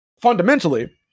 fundamentally